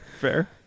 fair